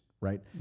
right